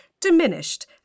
diminished